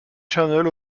channel